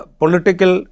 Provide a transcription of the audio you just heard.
political